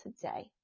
today